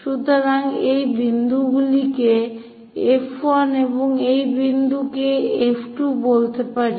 সুতরাং এই বিন্দুগুলিকে F1 এবং এই বিন্দু কে F2 বলতে পারি